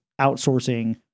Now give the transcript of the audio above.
outsourcing